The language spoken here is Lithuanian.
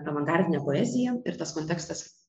avangardinę poeziją ir tas kontekstas